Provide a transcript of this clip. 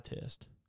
test